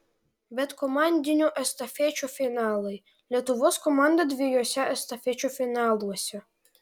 bet komandinių estafečių finalai lietuvos komanda dviejuose estafečių finaluose